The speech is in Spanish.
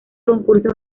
concurso